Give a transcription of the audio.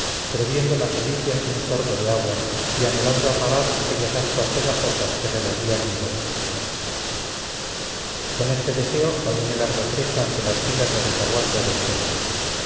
previendo las delicias de un sorbo de agua y anhelando apagar aquellas ascuas pegajosas que revolvía en mi boca con este deseo caminé largo trecho ante las filas de retaguardia del centro